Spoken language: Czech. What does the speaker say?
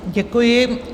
Děkuji.